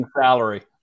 salary